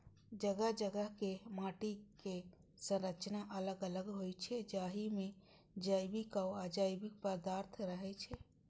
जगह जगह के माटिक संरचना अलग अलग होइ छै, जाहि मे जैविक आ अजैविक पदार्थ रहै छै